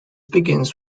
begins